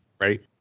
Right